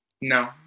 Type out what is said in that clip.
No